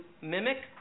mimic